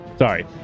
Sorry